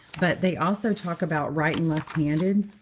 but they also talk about right and left-handed.